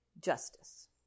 justice